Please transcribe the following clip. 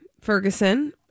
Ferguson